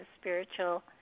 spiritual